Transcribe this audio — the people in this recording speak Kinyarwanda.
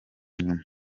nyuma